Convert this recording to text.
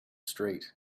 street